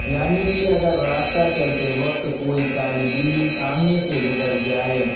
یعنی کہ اگر راستہ چلتے وقت کوئی کالی بلّی سامنے سے گزر جائے